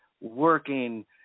working